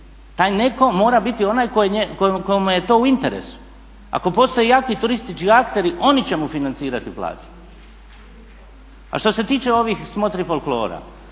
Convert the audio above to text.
Taj netko mora biti netko komu je to u interesu. Ako postoje jaki turistički akteri oni će mu financirati plaću. A što se tiče ovih smotri folklora,